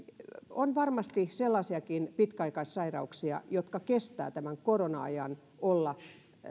on varmasti sellaisiakin pitkäaikaissairauksia jotka kestävät tämän korona ajan olla